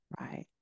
Right